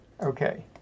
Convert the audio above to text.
Okay